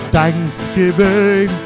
thanksgiving